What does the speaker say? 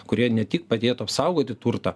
kurie ne tik padėtų apsaugoti turtą